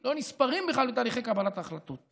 לא נספרים בכלל בתהליכי קבלת ההחלטות,